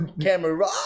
Camera